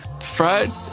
fried